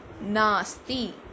nasty